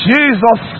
Jesus